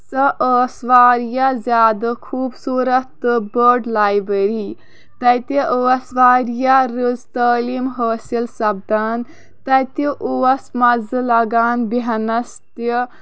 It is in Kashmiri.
سۄ ٲسۍ واریاہ زیادٕ خوٗبصوٗرت تہٕ بٔڑ لایبرٔری تَتہِ ٲسۍ واریاہ رٕژ تعلیٖم حٲصِل سَپدان تَتہِ اوس مَزٕ لگان بیٚہنَس تہِ